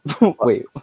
Wait